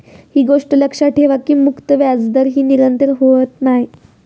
ही गोष्ट लक्षात ठेवा की मुक्त व्याजदर ही निरंतर होत नाय